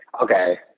okay